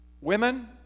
Women